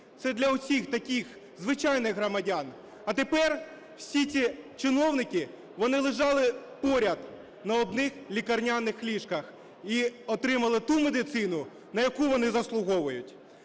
Це для оцих таких звичайних громадян. А тепер всі ці чиновники вони лежали поряд на одних лікарняних ліжках і отримали ту медицину, на яку вони заслуговують.